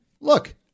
look